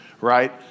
right